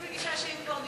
בעד, 4, נגד ונמנעים,